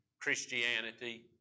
Christianity